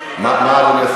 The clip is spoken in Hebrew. אם אנחנו כלבים.